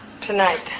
tonight